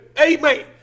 Amen